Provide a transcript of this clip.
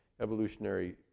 evolutionary